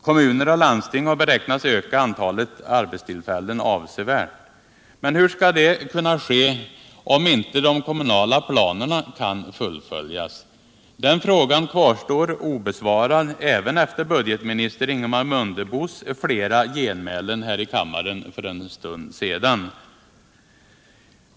Kommuner och landsting har beräknats öka antalet arbetstillfällen avsevärt. Men hur skall detta kunna ske om inte de kommunala planerna kan fullföljas? Den frågan kvarstår obesvarad även efter flera genmälen här i kammaren för en stund sedan av budgetministern Ingemar Mundebo.